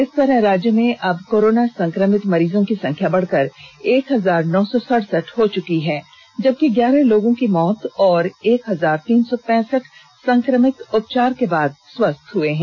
इस तरह राज्य में अब कोरोना संक्रमित मरीजों की संख्या बढ़कर एक हजार नौ सौ सड़सठ हो चुकी है जबकि ग्यारह लोगों की मौत और एक हजार तीन सौ पैंसठ संक्रमित उपचार के बाद स्वस्थ हो चुके हैं